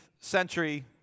century